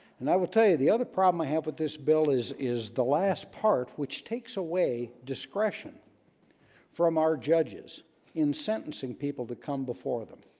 and i will tell you the other problem i have with this bill is is the last part which takes away discretion from our judges in sentencing people to come before them